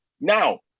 Now